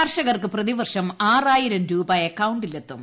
കർഷകർക്ക് പ്രതിവർഷം ആറായിരംരൂപ അക്കൌ ിലെത്തും